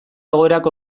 egoerak